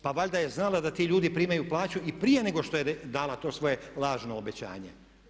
Pa valjda je znala da ti ljudi primaju plaću i prije nego što je dala to svoje lažno obećanje.